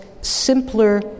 Simpler